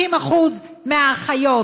50% מהאחיות,